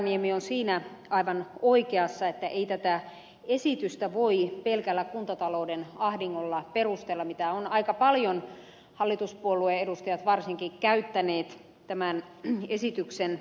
kankaanniemi on siinä aivan oikeassa että ei tätä esitystä voi pelkällä kuntatalouden ahdingolla perustella mitä ovat aika paljon varsinkin hallituspuolueiden edustajat käyttäneet tämän esityksen puolustukseksi